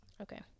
okay